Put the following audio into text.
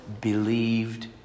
believed